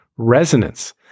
resonance